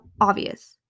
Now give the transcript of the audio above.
obvious